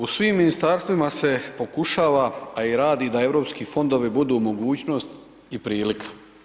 U svim ministarstvima se pokušava a i radi da europski fondovi budu mogućnost i prilika.